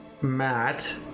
matt